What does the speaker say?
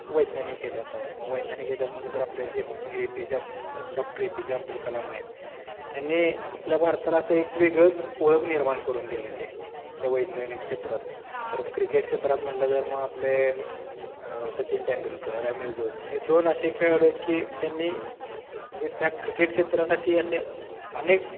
वैज्ञानिक याच्यात आहेत मग वैज्ञानिक याच्यात म्हटलं जर आपले जे ए पी जे अब doctor A P J Abdul Kalam आहेत त्यांनी आपल्या भारताला असं एक वेगळंच ओळख निर्माण करून दिलेले आहे त्या वैज्ञानिक क्षेत्रात परत क्रिकेट क्षेत्रात म्हणलं जर मग आपले सचिन तेंडुलकर एम एस धोनी हे दोन असे खेळाडू आहेत की त्यांनी जे त्या क्रिकेट क्षेत्रासाठी असे अनेक